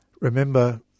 Remember